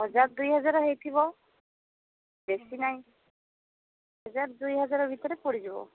ହଜାର ଦୁଇ ହଜାର ହେଇଥିବ ବେଶୀ ନାହିଁ ହଜାର ଦୁଇ ହଜାର ଭିତରେ ପଡ଼ିଯିବ